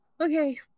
okay